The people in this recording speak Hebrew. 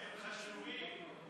הם חשובים.